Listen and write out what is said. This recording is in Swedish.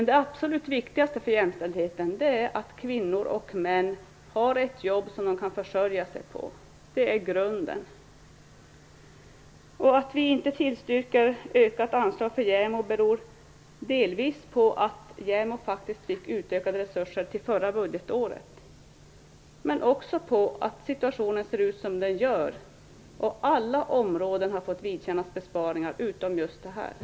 Det absolut viktigaste för jämställdheten är att kvinnor och män har ett jobb som de kan försörja sig på. Det är grunden. Att vi inte tillstyrker ökat anslag till JämO beror delvis på att JämO faktiskt fick utökade resurser under det förra budgetåret och också på att situationen ser ut som den gör. Alla områden har fått vidkännas besparingar utom just detta område.